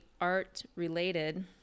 art-related